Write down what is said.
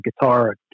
guitar